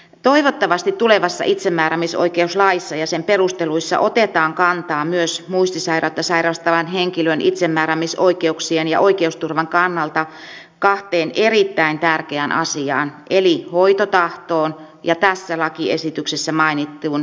toivottavasti tulevassa itsemääräämisoikeuslaissa ja sen perusteluissa otetaan kantaa myös muistisairautta sairastavan henkilön itsemääräämisoikeuksien ja oikeusturvan kannalta kahteen erittäin tärkeään asiaan eli hoitotahtoon ja tässä lakiesityksessä mainittuun edunvalvontavaltuutukseen